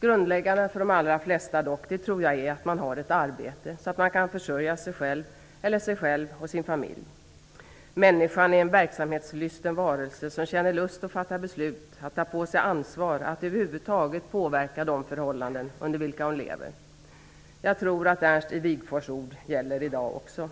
Grundläggande för de allra flesta tror jag är att ha ett arbete så att man kan försörja sig själv och sin familj. ''Människan är en verksamhetslysten varelse, som känner lust att fatta beslut, att ta på sig ansvar, att över huvud taget påverka de förhållanden, under vilka hon lever.'' Jag tror att Ernst Wigforss ord gäller också i dag.